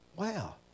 Wow